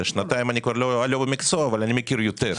שנתיים אני כבר לא במקצוע, אבל אני מכיר יותר.